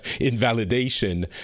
invalidation